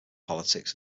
politics